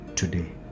today